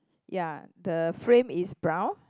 ya the frame is brown